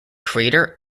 creator